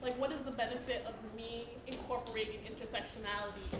what is the benefit of me incorporating intersectionality